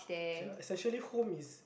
ya essentially home is